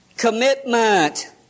Commitment